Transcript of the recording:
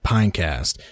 Pinecast